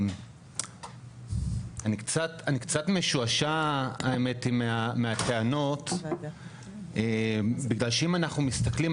אני קצת משועשע מהטענות בגלל שאם אנחנו מסתכלים